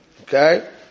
Okay